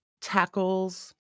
tackles